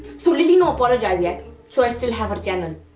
so lilly's not apologized yet so i still have her channel.